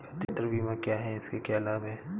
यात्रा बीमा क्या है इसके क्या लाभ हैं?